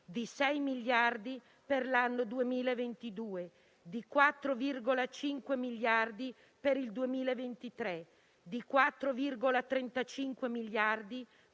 a 6 miliardi per l'anno 2022, a 4,5 miliardi per il 2023, a 4,35 miliardi per il 2024